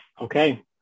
Okay